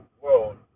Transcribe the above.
world